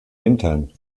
wintern